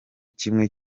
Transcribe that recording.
kimwe